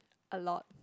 a lot